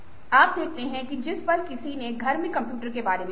आप देखते हैं कि जिस पल किसी ने घर में कंप्यूटर के बारे में सोचा